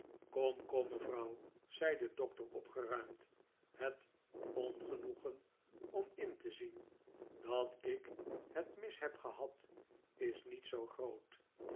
kom kom mevrouw zei de doctor opgeruimd het ongenoegen om in te zien dat ik het mis heb gehad is niet zoo groot